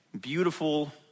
beautiful